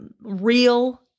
real